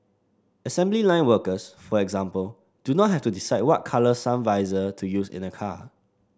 assembly line workers for example do not have to decide what colour sun visor to use in a car